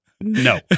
No